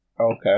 Okay